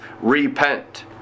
Repent